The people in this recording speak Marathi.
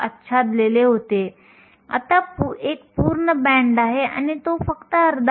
चला सिलिकॉनसाठी गतिशीलता मूल्ये पाहू